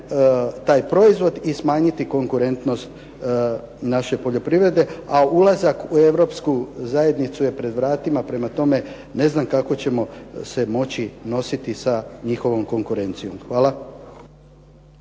taj proizvod i smanjiti konkurentnost naše poljoprivrede a ulazak u Europsku zajednicu je pred vratima. Prema tome, ne znam kako ćemo se moći nositi sa njihovom konkurencijom. Hvala.